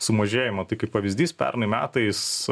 sumažėjimą tai kaip pavyzdys pernai metais